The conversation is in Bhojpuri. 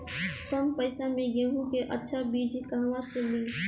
कम पैसा में गेहूं के अच्छा बिज कहवा से ली?